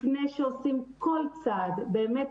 לפני שעושים כל צעד באמת,